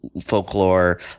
folklore